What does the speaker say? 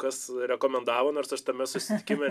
kas rekomendavo nors aš tame susitikime